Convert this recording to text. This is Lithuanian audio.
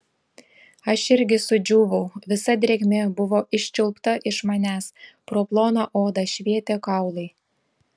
aš irgi sudžiūvau visa drėgmė buvo iščiulpta iš manęs pro ploną odą švietė kaulai